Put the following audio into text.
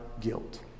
guilt